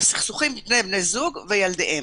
לסכסוכים בין בני זוג וילדיהם.